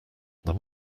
them